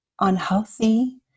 unhealthy